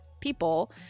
people